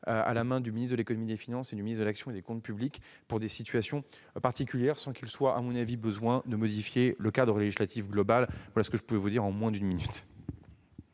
à la main du ministre de l'économie et des finances et du ministre de l'action et des comptes publics pour des situations particulières, sans qu'il soit, à mon avis, besoin de modifier le cadre législatif global. Voilà ce que je puis vous dire en moins d'une minute.